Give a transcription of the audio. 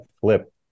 flip